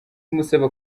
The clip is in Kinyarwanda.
imusaba